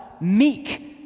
meek